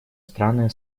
страны